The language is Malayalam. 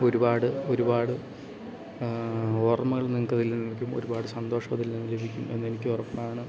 ഒരുപാട് ഒരുപാട് ഓർമ്മകൾ നിങ്ങൾക്ക് അതിൽ നിന്ന് ലഭിക്കും ഒരുപാട് സന്തോഷം അതിൽ അത് എനിക്ക് ഉറപ്പാണ്